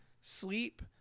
sleep